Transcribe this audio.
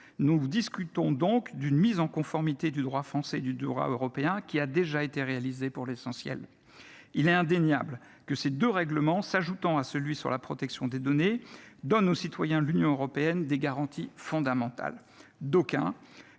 Nous discutons donc d’une mise en conformité du droit français avec le droit européen qui a déjà été réalisée pour l’essentiel. Il est indéniable que ces deux règlements, s’ajoutant à celui sur la protection des données, donnent aux citoyens de l’Union européenne des garanties fondamentales.